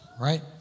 Right